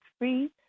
three